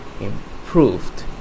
improved